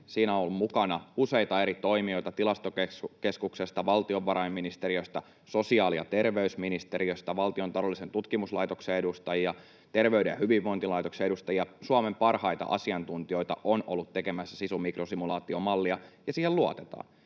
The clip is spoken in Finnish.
Siinä on ollut mukana useita eri toimijoita: Tilastokeskuksesta, valtiovarainministeriöstä, sosiaali‑ ja terveysministeriöstä, valtion taloudellisen tutkimuslaitoksen edustajia, Terveyden ja hyvinvoinnin laitoksen edustajia. Suomen parhaita asiantuntijoita on ollut tekemässä SISU-mik-rosimulaatiomallia, ja siihen luotetaan.